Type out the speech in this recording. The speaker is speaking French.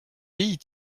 filles